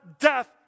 death